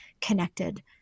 connected